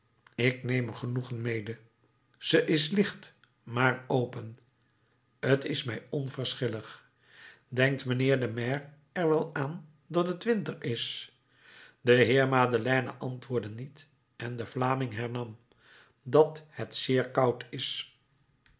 ik neem er genoegen mede ze is licht maar open t is mij onverschillig denkt mijnheer de maire er wel aan dat het winter is de heer madeleine antwoordde niet en de vlaming hernam dat het zeer koud is